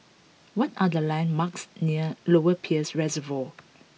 what are the landmarks near Lower Peirce Reservoir